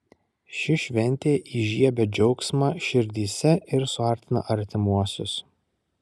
ši šventė įžiebia džiaugsmą širdyse ir suartina artimuosius